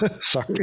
Sorry